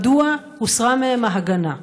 מדוע הוסרה מהם ההגנה?